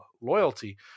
loyalty